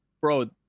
Bro